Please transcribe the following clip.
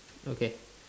okay